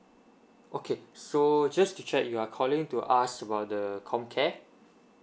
okay so just to check you are calling to ask about the COMCARE